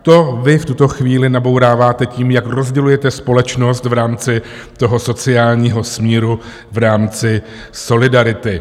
To vy v tuto chvíli nabouráváte tím, jak rozdělujete společnost v rámci toho sociálního smíru v rámci solidarity.